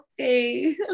Okay